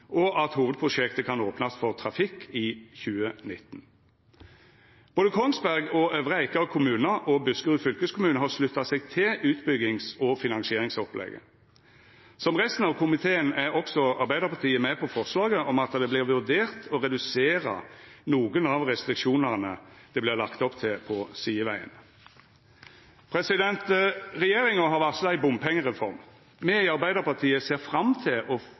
og at hovudprosjektet kan opnast for trafikk i 2019. Kongsberg kommune, Øvre Eiker kommune og Buskerud fylkeskommune har slutta seg til utbyggings- og finansieringsopplegget. Som resten av komiteen er også Arbeidarpartiet med på forslaget om at det vert vurdert å redusera nokre av restriksjonane det vert lagt opp til på sidevegane. Regjeringa har varsla ei bompengereform. Me i Arbeidarpartiet ser fram til å